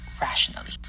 rationally